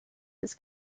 his